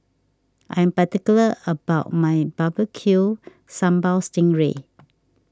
I am particular about my Barbecue Sambal Sting Ray